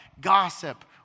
Gossip